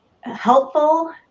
helpful